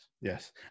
Yes